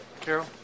Carol